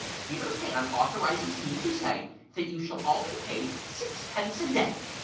peter pan authorises me to say that you shall all be paid sixpence a day